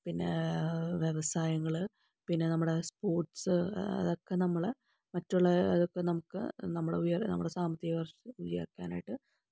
പിന്നേ വ്യവസായങ്ങള് പിന്നെ നമ്മുടെ സ്പോര്ട്സ് അതൊക്കെ നമ്മള് മറ്റുള്ള നമുക്ക് നമ്മുടെ ഉയര നമ്മുടെ സാമ്പത്തിക ഉയര്ച്ച ഉയര്ക്കാനായിട്ട്